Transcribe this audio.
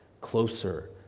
closer